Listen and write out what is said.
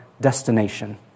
destination